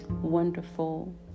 wonderful